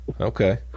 Okay